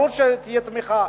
ברור שתהיה תמיכה.